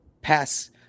pass